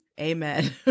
Amen